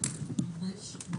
הישיבה